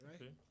Right